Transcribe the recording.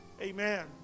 Amen